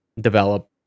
develop